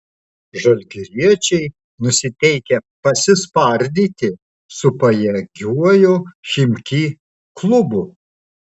žalgiriečiai nusiteikę pasispardyti su pajėgiuoju chimki klubu